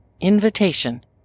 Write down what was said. invitation